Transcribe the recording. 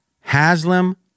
Haslam